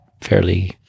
fairly